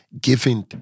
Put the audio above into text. giving